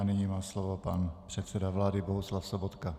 A nyní má slovo pan předseda vlády Bohuslav Sobotka.